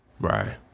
right